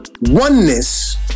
Oneness